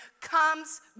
comes